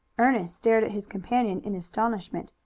ernest stared at his companion in astonishment.